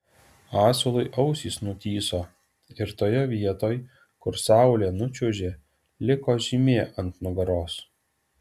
asilui ausys nutįso ir toje vietoj kur saulė nučiuožė liko žymė ant nugaros